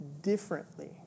differently